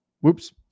Whoops